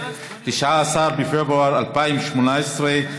19 בפברואר 2018,